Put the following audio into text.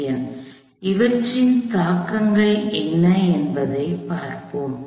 எனவே இவற்றின் தாக்கங்கள் என்ன என்பதைப் பார்ப்போம்